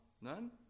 None